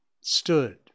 stood